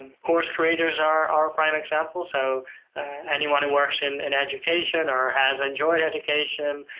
course creators are a prime example. so anyone who works in an education or has enjoyed education,